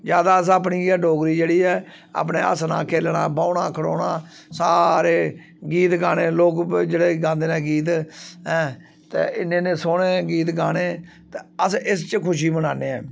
जैदा अस अपनी गै डोगरी जेह्ड़ी ऐ अपने हस्सना खेढना बौह्ना खड़ौना सारें गीत गाने लोक जेह्ड़े गांदे न गीत ऐं ते इ'न्ने इ'न्ने सौह्ने गीत गाने ते अस इस्स च खुशी मनान्ने आं